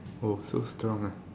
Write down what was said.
oh so strong ah